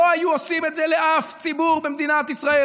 לא היו עושים את זה לאף ציבור במדינת ישראל,